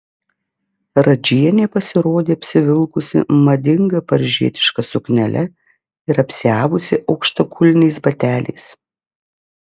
radžienė pasirodė apsivilkusi madinga paryžietiška suknele ir apsiavusi aukštakulniais bateliais